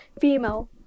female